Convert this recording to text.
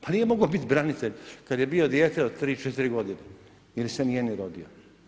Pa nije mogao biti branitelj kada je bio dijete od 3, 4 godine jer se nije ni rodio.